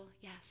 yes